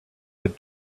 had